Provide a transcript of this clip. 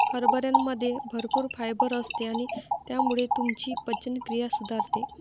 हरभऱ्यामध्ये भरपूर फायबर असते आणि त्यामुळे तुमची पचनक्रिया सुधारते